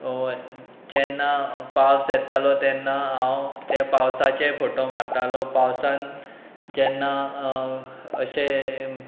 जेन्ना पावस येतालो तेन्ना हांव त्या पावसाचेय फोटो मारतालो पावसान जेन्ना अशें